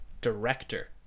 director